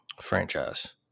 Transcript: franchise